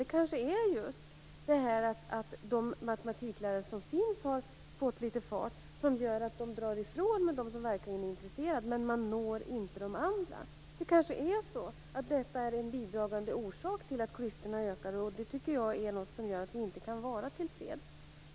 Det kanske är för att de matematiklärare som finns har fått litet fart som gör att de drar ifrån med dem som verkligen är intresserade men att de inte når de andra. Det kanske är en bidragande orsak till att klyftorna ökar. Det tycker jag är något som gör att vi inte kan vara till freds.